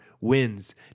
wins